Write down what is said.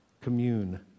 Commune